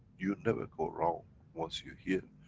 you never go wrong once you hear,